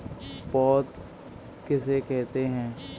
पौध किसे कहते हैं?